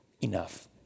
Enough